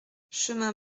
chemin